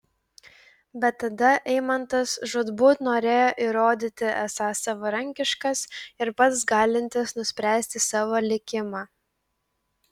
bet tada eimantas žūtbūt norėjo įrodyti esąs savarankiškas ir pats galintis nuspręsti savo likimą